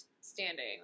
standing